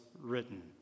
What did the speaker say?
written